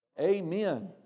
Amen